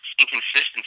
inconsistency